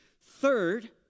Third